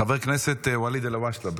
חבר הכנסת ואליד אלהואשלה,